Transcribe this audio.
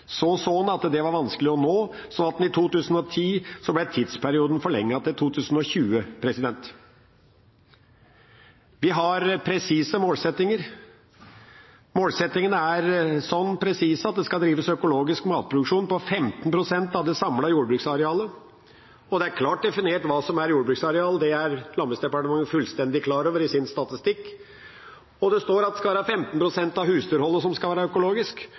Så så en at det var vanskelig å nå, så i 2010 ble tidsperioden forlenget til 2020. Vi har presise målsettinger. Målsettingene er så presise at det skal drives økologisk matproduksjon på 15 pst. av det samlede jordbruksarealet, og det er klart definert hva som er jordbruksareal, det er Landbruks- og matdepartementet fullstendig klar over i sin statistikk. Det står at 15 pst. av husdyrholdet skal være økologisk.